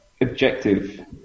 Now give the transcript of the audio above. objective